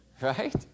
Right